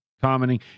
commenting